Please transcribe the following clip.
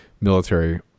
military